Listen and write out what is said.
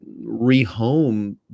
rehome